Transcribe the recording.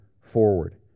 forward